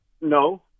No